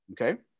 Okay